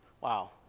Wow